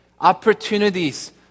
Opportunities